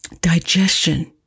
digestion